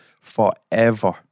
forever